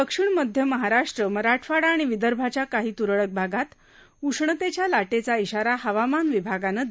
दक्षिण मध्य महाराष्ट्र मराठवाडा आणि विदर्भाच्या काही तुरळक भागात उष्णतेच्या लाटेचा इशारा हवामान विभागानं दिला आहे